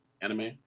anime